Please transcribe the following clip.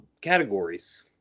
categories